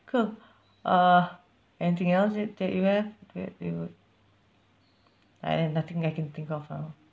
cool uh anything else that that you have that you I didn't nothing I can think of now